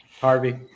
Harvey